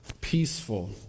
peaceful